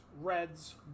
Reds